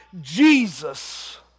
Jesus